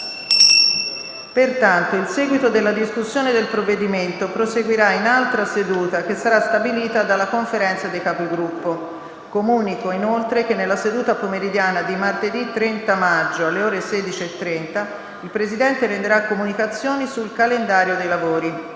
Pertanto, il seguito della discussione del provvedimento proseguirà in altra seduta, che sarà stabilita dalla Conferenza dei Capigruppo. Comunico inoltre che nella seduta pomeridiana di martedì 30 maggio, alle ore 16,30, il Presidente renderà comunicazioni sul calendario dei lavori.